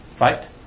Right